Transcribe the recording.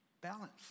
balance